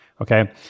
okay